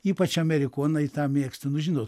ypač amerikonai tą mėgsta nu žinot